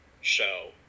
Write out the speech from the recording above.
show